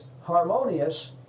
harmonious